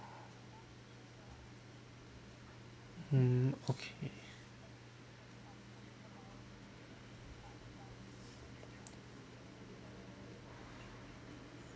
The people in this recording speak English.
mm okay